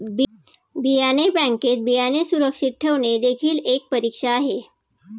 बियाणे बँकेत बियाणे सुरक्षित ठेवणे देखील एक परीक्षा आहे